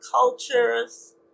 cultures